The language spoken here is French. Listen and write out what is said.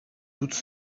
toutes